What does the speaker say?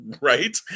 right